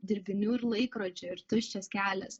dirbinių ir laikrodžių ir tuščias kelias